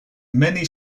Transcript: many